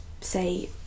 say